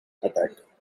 attack